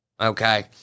okay